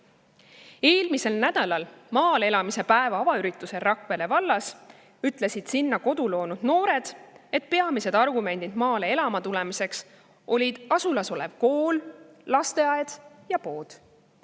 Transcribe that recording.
Eelmisel nädalal maal elamise päeva avaüritusel Rakvere vallas ütlesid sinna kodu loonud noored, et peamised argumendid maale elama tulemise kasuks olid asulas olev kool, lasteaed ja pood.